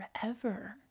forever